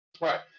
right